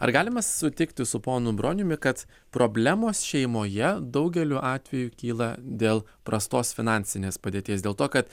ar galima sutikti su ponu broniumi kad problemos šeimoje daugeliu atveju kyla dėl prastos finansinės padėties dėl to kad